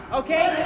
okay